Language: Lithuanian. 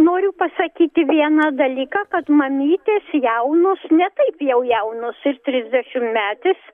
noriu pasakyti vieną dalyką kad mamytės jaunos ne taip jau jaunos ir trisdešimtmetės